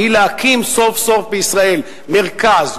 והיא להקים סוף-סוף בישראל מרכז,